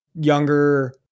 younger